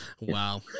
Wow